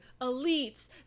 elites